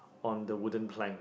on the wooden plank